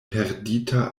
perdita